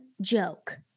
joke